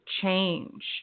change